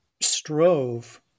strove